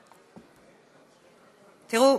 תראו,